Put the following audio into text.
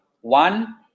one